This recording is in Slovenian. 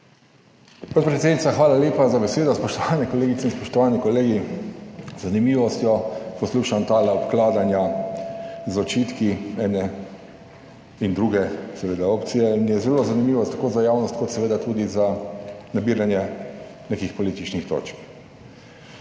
hvala lepa za besedo, spoštovane kolegice in spoštovani kolegi. Z zanimivostjo poslušam ta obkladanja z očitki ene in druge seveda opcije in je zelo zanimivo, tako za javnost, kot seveda tudi za nabiranje nekih političnih točk.